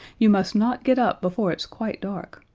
you must not get up before it's quite dark.